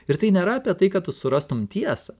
ir tai nėra apie tai kad surastum tiesą